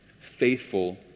faithful